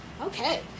okay